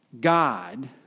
God